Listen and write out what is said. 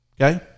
Okay